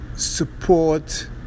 support